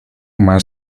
más